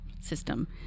system